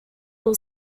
will